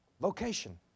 vocation